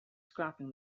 scrapping